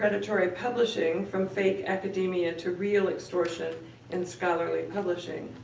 predatory publishing from fake academia to real extortion in scholarly publishing,